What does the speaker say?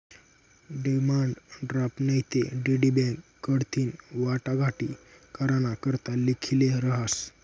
demand draft नैते DD bank कडथीन वाटाघाटी कराना करता लिखेल रहास